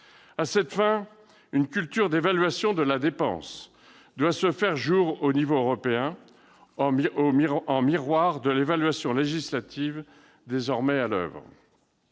À cette fin, une « culture d'évaluation de la dépense » doit se faire jour au niveau européen, en miroir de l'évaluation législative désormais à l'oeuvre.